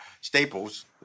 Staples